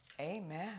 amen